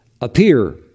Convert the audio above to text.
appear